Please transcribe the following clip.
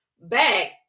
back